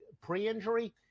pre-injury